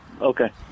Okay